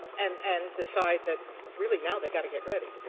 and and decide that really now they've got to get ready.